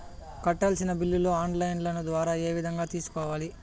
కట్టాల్సిన బిల్లులు online ద్వారా ఏ విధంగా తెలుసుకోవాలి?